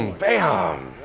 and bam!